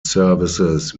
services